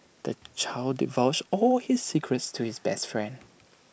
the child divulged all his secrets to his best friend